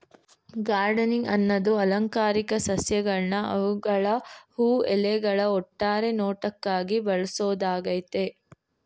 gardening ಅನ್ನದು ಅಲಂಕಾರಿಕ ಸಸ್ಯಗಳ್ನ ಅವ್ಗಳ ಹೂ ಎಲೆಗಳ ಒಟ್ಟಾರೆ ನೋಟಕ್ಕಾಗಿ ಬೆಳ್ಸೋದಾಗಯ್ತೆ